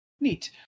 neat